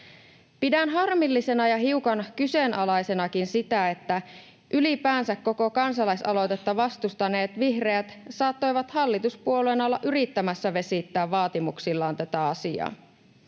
Pidän harmillisena ja hiukan kyseenalaisenakin sitä, että ylipäänsä koko kansalaisaloitetta vastustaneet vihreät saattoivat hallituspuolueena olla yrittämässä vesittää vaatimuksillaan tätä asiaa.